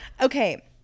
Okay